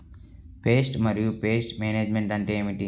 Pest మరియు pest management అంటే ఏమిటి?